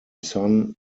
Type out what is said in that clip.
son